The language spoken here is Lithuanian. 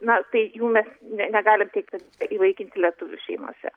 na tai jų mes ne negalim teigt kad įvaikinti lietuvių šeimose